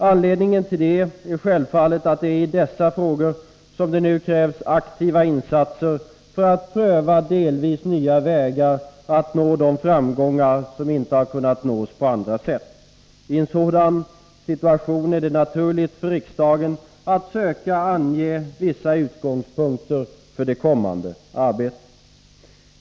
Anledningen är självfallet att det är i dessa frågor som det nu krävs aktiva insatser för att pröva delvis nya vägar att nå de framgångar som inte har kunnat nås på annat sätt. I en sådan situation är det naturligt för riksdagen att söka ange vissa utgångspunkter för det kommande arbetet.